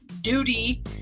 duty